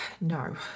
no